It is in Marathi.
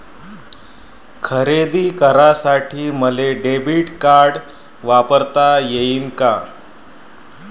खरेदी करासाठी मले डेबिट कार्ड वापरता येईन का?